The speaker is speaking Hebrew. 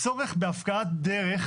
צורך בהפקעת דרך